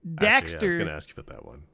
daxter